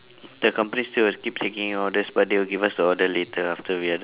the company still will keep taking in orders but they will give us the order later after we are done